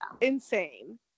insane